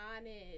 honest